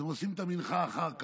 אז הם עושים את המנחה אחר כך.